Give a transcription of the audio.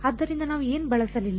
ಆದ್ದರಿಂದ ನಾವು ಏನು ಬಳಸಲಿಲ್ಲ